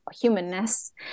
humanness